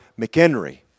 McHenry